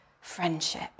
friendship